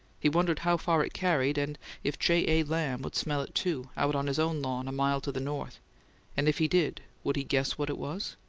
he wondered how far it carried, and if j. a. lamb would smell it, too, out on his own lawn a mile to the north and if he did, would he guess what it was?